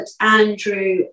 Andrew